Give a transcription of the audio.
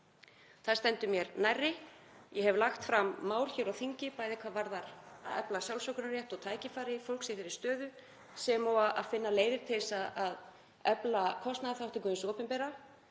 Það stendur mér nærri og ég hef lagt fram mál hér á þingi, bæði hvað varðar að efla sjálfsákvörðunarrétt og tækifæri fólks í þeirri stöðu sem og að finna leiðir til að efla kostnaðarþátttöku hins opinbera.